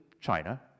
China